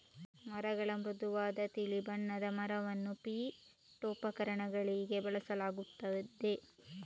ಮರಗಳ ಮೃದುವಾದ ತಿಳಿ ಬಣ್ಣದ ಮರವನ್ನು ಪೀಠೋಪಕರಣಗಳಿಗೆ ಬಳಸಲಾಗುತ್ತದೆ